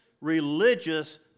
religious